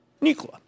Nikola